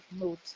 note